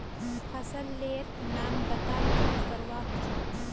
फसल लेर नाम बता की करवा होचे?